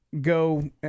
go